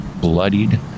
bloodied